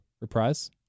Reprise